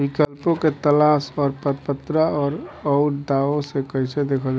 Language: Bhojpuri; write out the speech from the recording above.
विकल्पों के तलाश और पात्रता और अउरदावों के कइसे देखल जाइ?